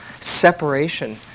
separation